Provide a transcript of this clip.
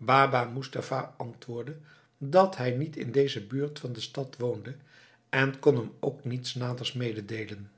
baba moestapha antwoordde dat hij niet in deze buurt van de stad woonde en kon hem ook niets naders meedeelen